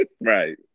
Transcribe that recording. right